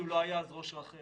כי הוא לא היה אז ראש רח"ל.